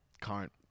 current